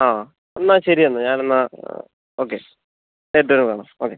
ആ എന്നാൽ ശെരിയെന്നാൽ ഞാനെന്നാൽ ഓക്കെ നേരിട്ട് വരുമ്പോൾ കാണാം ഓക്കേ